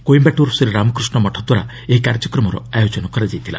କୋଇମ୍ଘାଟୁର୍ ଶ୍ରୀ ରାମକୃଷ୍ଣ ମଠ ଦ୍ୱାରା ଏହି କାର୍ଯ୍ୟକ୍ରମର ଆୟୋଜନ କରାଯାଇଥିଲା